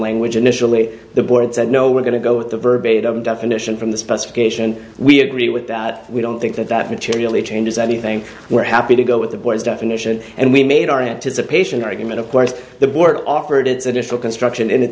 language initially the board said no we're going to go with the verbiage of definition from the specification we agree with that we don't think that that materially changes anything we're happy to go with the boys definition and we made our anticipation argument of course the board offered its additional construction in it